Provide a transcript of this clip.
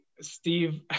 Steve